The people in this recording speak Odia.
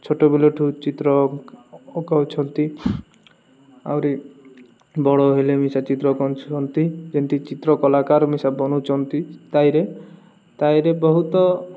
ଛୋଟବେଲଠୁ ଚିତ୍ର କରୁଛନ୍ତି ଆହୁରି ବଡ଼ ହେଲେ ମିଶା ଚିତ୍ର କରଛନ୍ତି ଯେମ୍ତି ଚିତ୍ର କଳାକାର ମିଶା ବନଉଛନ୍ତି ତାଇରେ ତାହିରେ ବହୁତ